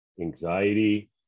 anxiety